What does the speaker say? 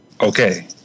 Okay